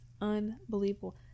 unbelievable